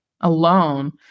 alone